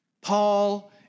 Paul